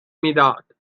میداد